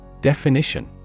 Definition